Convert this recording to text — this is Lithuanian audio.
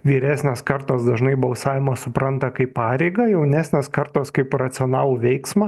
vyresnės kartos dažnai balsavimą supranta kaip pareigą jaunesnės kartos kaip racionalų veiksmą